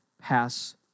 pass